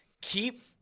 Keep